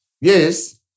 Yes